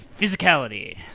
physicality